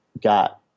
got